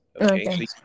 okay